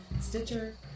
Stitcher